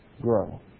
grow